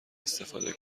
استفاده